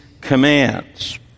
commands